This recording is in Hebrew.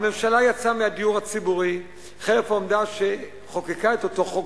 הממשלה יצאה מהדיור הציבורי חרף העובדה שחוקקה את אותו חוק